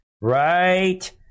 Right